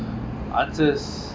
answers